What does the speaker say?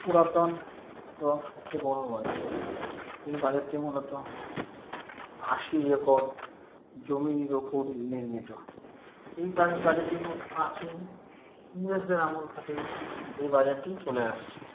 পুরাতন এবং সবচেয়ে বড়ো বাজার এই বাজারটি মূলত আশি একর জমির ওপর নির্মিত এই বাজারটির মূল প্রাচীন ইংরেজদের আমল থেকেই এই বাজারটি চলে আসছে